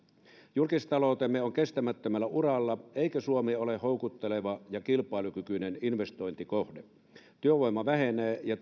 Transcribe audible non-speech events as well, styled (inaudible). julkistaloutemme on kestämättömällä uralla eikä suomi ole houkutteleva ja kilpailukykyinen investointikohde työvoima vähenee ja (unintelligible)